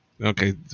okay